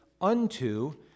unto